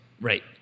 Right